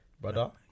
brother